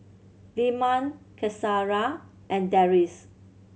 Leman Qaisara and Deris